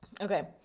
Okay